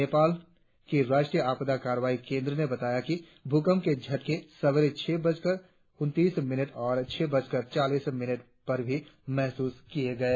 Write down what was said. नेपाल की राष्ट्रीय आपदा कार्रवाई केंद्र ने बताया कि भ्रकंप के झटके सवेरे छह बजकर उन्तीस मिनट और छह बजकर चालीस मिनट पर भी महसूस किए गए